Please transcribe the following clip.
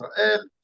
Israel